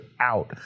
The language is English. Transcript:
out